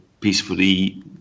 peacefully